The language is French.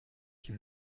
qu’il